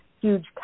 huge